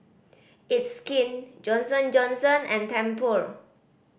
It's Skin Johnson Johnson and Tempur